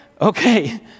okay